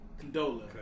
Condola